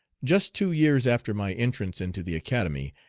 just two years after my entrance into the academy,